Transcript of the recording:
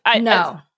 No